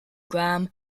gram